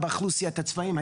באוכלוסיות הצבאים.